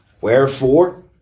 Wherefore